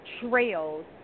trails